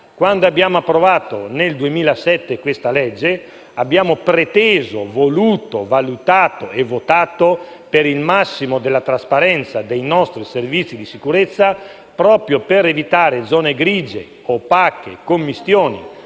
quando abbiamo approvato nel 2007 questa legge, abbiamo preteso, voluto, valutato e votato per il massimo della trasparenza dei nostri servizi di sicurezza proprio per evitare zone grigie, opache, commistioni.